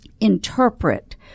interpret